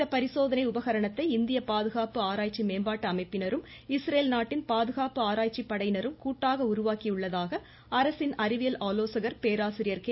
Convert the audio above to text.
இந்த பரிசோதனை உபகரணத்தை இந்திய பாதுகாப்பு ஆராய்ச்சி மேம்பாட்டு அமைப்பினரும் இஸ்ரேல் நாட்டின் பாதுகாப்பு ஆராய்ச்சி படையினரும் கூட்டாக உருவாக்கி உள்ளதாக அரசின் அறிவியல் ஆலோசகர் பேராசிரியர் கே